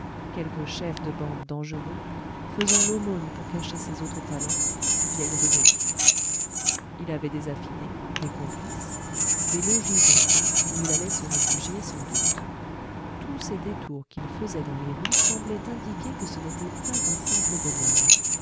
quelque chef de bande dangereux faisant l'aumône pour cacher ses autres talents vieille rubrique il avait des affidés des complices des logis en-cas où il allait se réfugier sans doute tous ces détours qu'il faisait dans les rues semblaient indiquer que ce n'était pas un simple bonhomme